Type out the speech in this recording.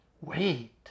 Wait